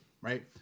right